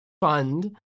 fund